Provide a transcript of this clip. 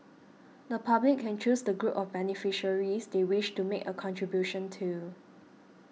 the public can choose the group of beneficiaries they wish to make a contribution to